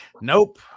Nope